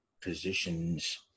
positions